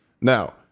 Now